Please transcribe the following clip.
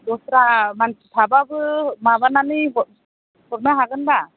दस्रा मानसि थाबाबो माबानानै हर हरनो हागोन दा